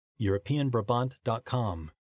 europeanbrabant.com